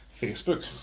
Facebook